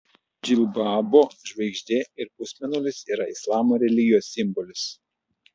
džilbabo žvaigždė ir pusmėnulis yra islamo religijos simbolis